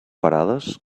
parades